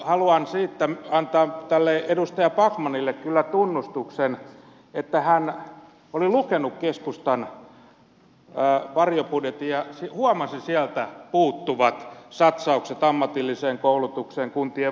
haluan siitä antaa edustaja backmanille kyllä tunnustuksen että hän oli lukenut keskustan varjobudjetin ja huomasi sieltä puuttuvat satsaukset ammatilliseen koulutukseen kuntien valtionosuuteen